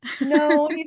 No